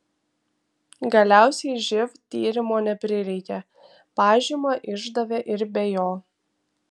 galiausiai živ tyrimo neprireikė pažymą išdavė ir be jo